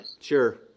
Sure